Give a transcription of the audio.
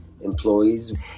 employees